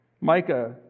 Micah